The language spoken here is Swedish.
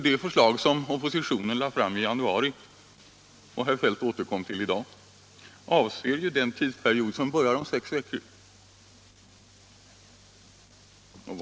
Det förslag som oppositionen lade fram i januari och som herr Feldt återkom till i dag avser ju den tidsperiod som börjar om sex veckor.